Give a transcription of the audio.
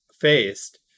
faced